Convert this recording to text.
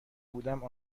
بودم